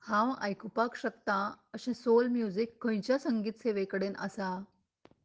हांव आयकुपाक शकतां अशें सोल म्युजिक खंयच्या संगीत सेवे कडेन आसा